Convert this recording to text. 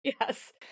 Yes